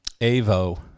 AVO